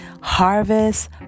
harvest